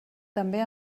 també